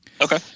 Okay